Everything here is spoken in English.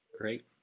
Great